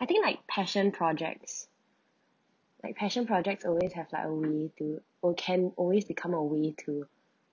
I think like passion projects like passion projects always have like a way to or can always become a way to